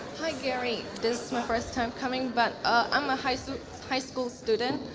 hi gary, this is my first time coming but i'm a high school high school student.